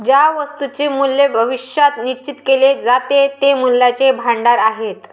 ज्या वस्तूंचे मूल्य भविष्यात निश्चित केले जाते ते मूल्याचे भांडार आहेत